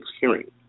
hearing